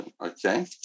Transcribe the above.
Okay